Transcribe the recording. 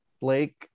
blake